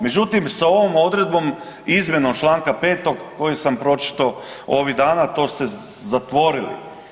Međutim, sa ovom odredbom, izmjenom članka 5. Koji sam pročitao ovih dana to ste zatvorili.